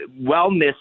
wellness